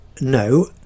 no